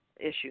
Issue